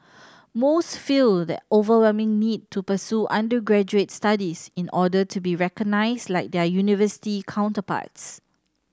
most feel the overwhelming need to pursue undergraduate studies in order to be recognised like their university counterparts